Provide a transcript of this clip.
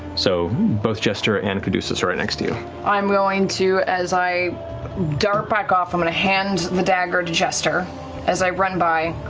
so both jester and caduceus are right next to you. marisha i'm going to, as i dart back off, i'm going to hand the dagger to jester as i run by,